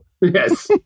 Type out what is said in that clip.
yes